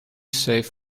save